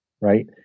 right